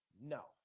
No